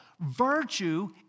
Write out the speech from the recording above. Virtue